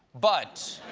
but